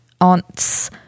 aunt's